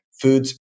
foods